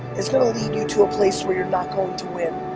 it's gonna lead you to a place where you're not going to win.